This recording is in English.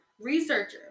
researcher